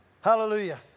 Hallelujah